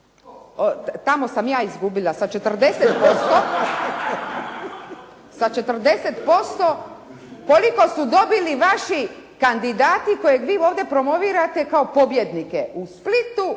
tamo sam ja izgubila sa 40% koliko su dobili vaši kandidati koje vi ovdje promovirate kao pobjednike. U Splitu,